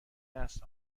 است